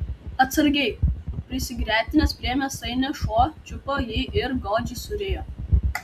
atsargiai prisigretinęs prie mėsainio šuo čiupo jį ir godžiai surijo